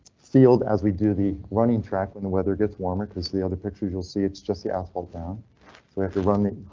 field as we do the running track when the weather gets warmer cause the other pictures you'll see. it's just the asphalt down so we have to run the.